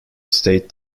stayed